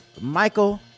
michael